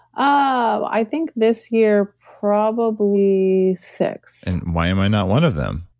i think this year probably six why am i not one of them?